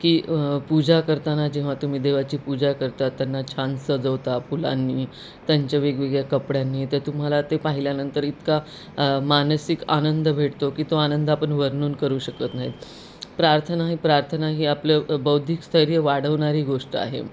की पूजा करताना जेव्हा तुम्ही देवाची पूजा करता त्यांना छान सजवता फुलांनी त्यांच्या वेगवेगळ्या कपड्यांनी तर तुम्हाला ते पाहिल्यानंतर इतका मानसिक आनंद भेटतो की तो आनंद आपण वर्णन करू शकत नाही प्रार्थना हे प्रार्थना ही आपलं बौद्धिक स्थैर्य वाढवणारी गोष्ट आहे